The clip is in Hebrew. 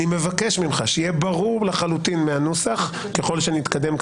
אני מבקש ממך שיהיה ברור מהנוסח ככל שנתקדם,